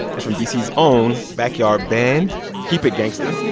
it's from d c s own backyard band keep it gangsta.